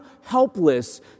helpless